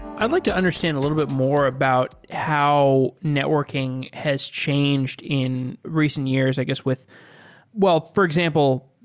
i'd like to understand a little bit more about how networking has changed in recent years, i guess, with well, for example,